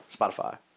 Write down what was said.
spotify